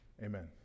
Amen